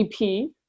EP